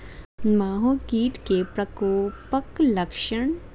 माहो कीट केँ प्रकोपक लक्षण?